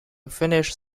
finish